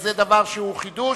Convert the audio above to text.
זה דבר שהוא חידוש,